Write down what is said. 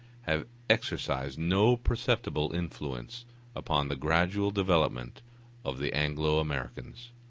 have exercised no perceptible influence upon the gradual development of the anglo-americans.